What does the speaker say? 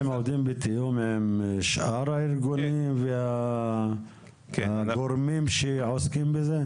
אתם עובדים בתיאום עם שאר הארגונים והגורמים שעוסקים בזה?